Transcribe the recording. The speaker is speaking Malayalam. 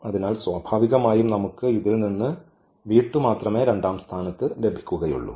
അതിനാൽ സ്വാഭാവികമായും നമുക്ക് ഇതിൽ നിന്ന് മാത്രമേ രണ്ടാം സ്ഥാനത്ത് ലഭിക്കുകയുള്ളൂ